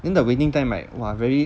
the the waiting time right !wah! very